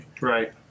Right